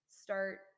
start